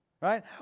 right